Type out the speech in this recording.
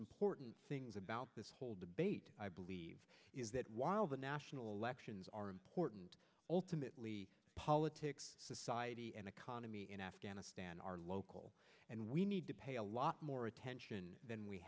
important things about this whole debate i believe is that while the national elections are important ultimately politics society and economy in afghanistan are local and we need to pay a lot more attention than we